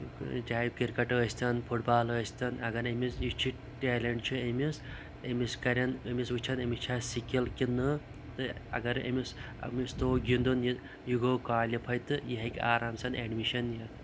چاہے کِرکَٹ ٲسۍتَن football ٲسۍتَن اَگَر أمِس یہِ چھُ ٹیلنٛٹ چھُ أمِس أمِس کَرن أمِس وُچھَن أمِس چھا سِکِل کِنہٕ تہٕ اَگَر أمِس أمِس توٚگ گِنٛدُن یہِ یہِ گوٚو کالِفے تہٕ یہِ ہیٚکہِ آرام سان ایٚڈمِشَن نِتھ